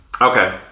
Okay